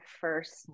first